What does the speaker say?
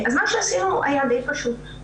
מה שעשינו היה די פשוט.